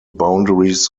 boundaries